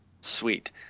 Sweet